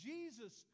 Jesus